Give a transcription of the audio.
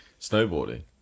snowboarding